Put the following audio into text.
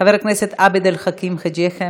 חבר הכנסת עבד אל חכים חאג' יחיא,